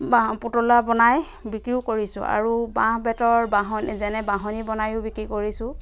বা পুতলা বনাই বিক্ৰীও কৰিছোঁ আৰু বাঁহ বেতৰ যেনে বাঢ়নী বনায়ো বিক্ৰী কৰিছোঁ